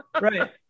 Right